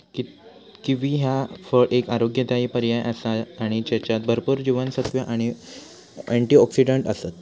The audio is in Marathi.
किवी ह्या फळ एक आरोग्यदायी पर्याय आसा आणि त्येच्यात भरपूर जीवनसत्त्वे आणि अँटिऑक्सिडंट आसत